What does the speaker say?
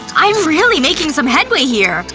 i'm really making some headway here!